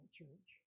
church